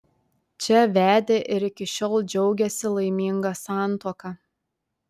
čia vedė ir iki šiol džiaugiasi laiminga santuoka